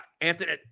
Anthony